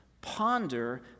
Ponder